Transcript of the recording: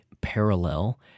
parallel